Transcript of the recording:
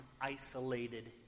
isolated